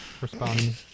respond